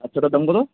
আচ্ছা ওটার দাম কতো